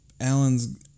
Alan's